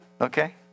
Okay